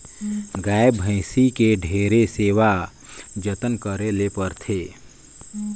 गाय, भइसी के ढेरे सेवा जतन करे ले परथे